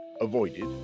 avoided